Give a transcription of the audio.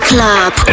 Club